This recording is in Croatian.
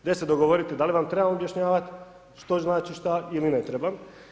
Dajte se dogovorite da li vam trebam objašnjavati što znači što ili ne trebam.